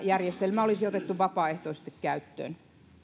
järjestelmä olisi otettu vapaaehtoisesti käyttöön